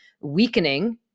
weakening